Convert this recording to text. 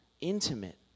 intimate